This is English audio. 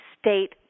state